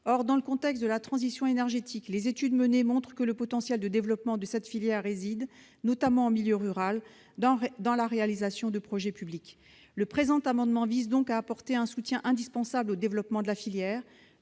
Or, dans le contexte de la transition énergétique, les études menées montrent que le potentiel de développement de cette filière réside, notamment en milieu rural, dans la réalisation de projets publics. Notre amendement vise donc à apporter un soutien indispensable au développement de la filière,